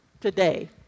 today